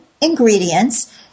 ingredients